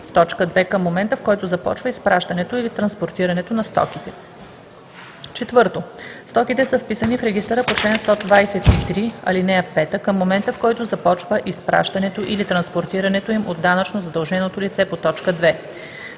в т. 2, към момента, в който започва изпращането или транспортирането на стоките; 4. стоките са вписани в регистъра по чл. 123, ал. 5 към момента, в който започва изпращането или транспортирането им от данъчно задълженото лице по т. 2;